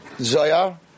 zoya